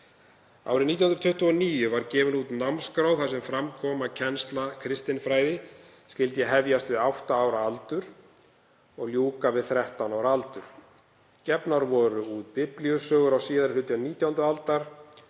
Árið 1929 var gefin út námskrá þar sem fram kom að kennsla kristinfræði skyldi hefjast við átta ára aldur og ljúka við 13 ára aldur. Gefnar voru út biblíusögur á síðari hluta 19. aldar